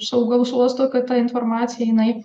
saugaus uosto kad ta informacija jinai